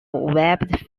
webbed